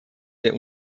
der